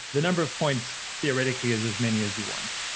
the number of points theoretically is as many as you want.